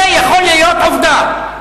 זה יכול להיות עובדה.